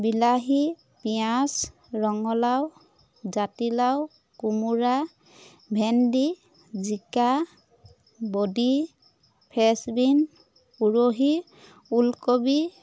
বিলাহী পিঁয়াজ ৰঙালাও জাতিলাও কোমোৰা ভেণ্ডি জিকা বডি ফ্ৰেচবিন উৰহি ওলকবি